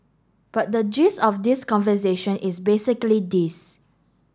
but the gist of this conversation is basically this